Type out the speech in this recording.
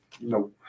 No